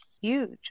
huge